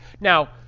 Now